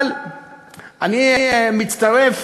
אבל אני מצטרף